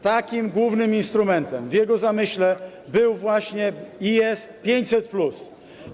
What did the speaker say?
Takim głównym instrumentem w zamyśle był właśnie i jest 500+.